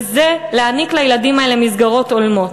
וזה להעניק לילדים האלה מסגרות הולמות.